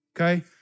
okay